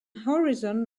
horizon